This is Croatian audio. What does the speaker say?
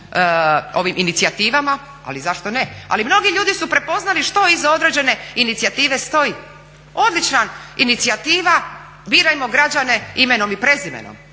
ovim inicijativama, ali zašto ne, ali mnogi ljudi su prepoznali što iza određene inicijative stoji. Odlična inicijativa birajmo građane imenom i prezimenom,